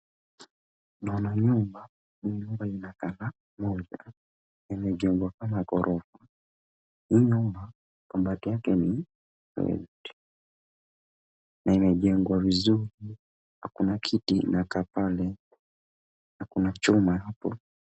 Naona nyumba. Nyumba inakaa moja, imejengwa kama gorofa. Hii nyumba, mabati yake ni red , na imejengwa vizuri. Na kuna kiti inakaa pale, na kuna chuma hapo.